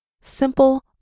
simple